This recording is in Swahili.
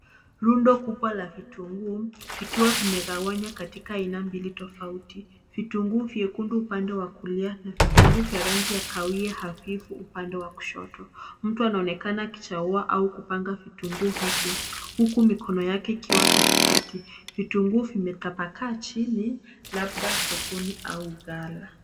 Rundo kubwa la vitunguu vikiwa vimegawanywa katika aina mbili tofauti. Vitunguu vyekundu upande wa kulia na vitunguu vya rangi ya kahawia hafifu upande wa kushoto. Mtu anaonekana akichagua au kupanga vitunguu hivyo huku mikono yake ikiwa katikati vitunguu vimetapakaa chini labda sokoni au gala.